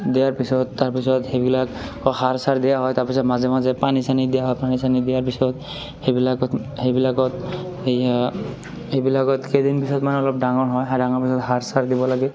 দিয়াৰ পিছত তাৰপিছত সেইবিলাক সাৰ চাৰ দিয়া হয় তাৰপিছত মাজে মাজে পানী চানি দিয়া হয় পানী চানি দিয়াৰ পিছত সেইবিলাকত সেইবিলাকত সেইয়া সেইবিলাকত কেইদিন পিছত মানত অলপ ডাঙৰ হয় ডাঙৰ হোৱাৰ পিছত সাৰ চাৰ দিব লাগে